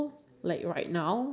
you get what I'm trying to say